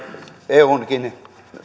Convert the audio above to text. eunkin